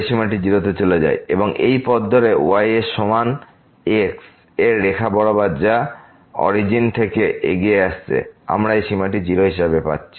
সুতরাং এই পথ ধরে y এই সমান সমান x এর রেখা বরাবর যা অরিজিন এর দিকে এগিয়ে আসছে আমরা এই সীমাটি 0 হিসাবে পাচ্ছি